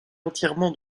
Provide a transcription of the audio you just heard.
entièrement